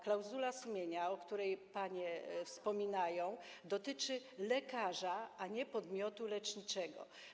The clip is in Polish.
Klauzula sumienia, o której panie wspominają, dotyczy lekarza, a nie podmiotu leczniczego.